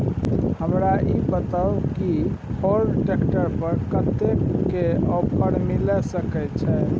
हमरा ई बताउ कि फोर्ड ट्रैक्टर पर कतेक के ऑफर मिलय सके छै?